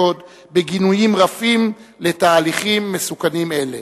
עוד בגינויים רפים של תהליכים מסוכנים אלה,